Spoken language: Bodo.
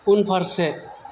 उनफारसे